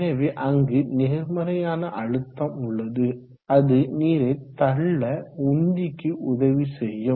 எனவே அங்கு நேர்மறையான அழுத்தம் உள்ளது அது நீரை தள்ள உந்திக்கு உதவி செய்யும்